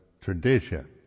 tradition